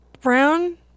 Brown